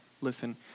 listen